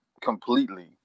Completely